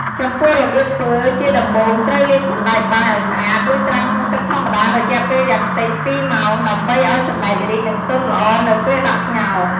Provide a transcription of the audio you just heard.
ចំពោះរបៀបធ្វើ ជាដំបូងត្រូវលាងសណ្ដែកបាយឱ្យស្អាត រួចត្រាំក្នុងទឹកធម្មតារយៈពេលយ៉ាងតិច ២ម៉ោងដើម្បីឱ្យសណ្តែករីក និងទន់ល្អនៅពេលដាក់ស្ងោរ។